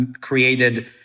created